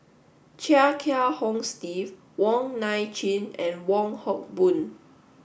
Chia Kiah Hong Steve Wong Nai Chin and Wong Hock Boon